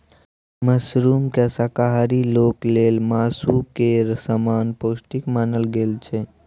मशरूमकेँ शाकाहारी लोक लेल मासु केर समान पौष्टिक मानल गेल छै